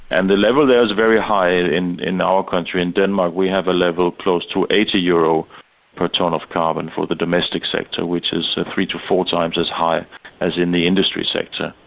and the level there is very high in in our country, in denmark we have a level close to eighty euros per ton of carbon for the domestic sector, which is three to four times as high as in the industry sector.